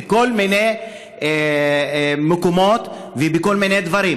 בכל מיני מקומות ובכל מיני דברים.